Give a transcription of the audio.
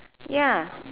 ya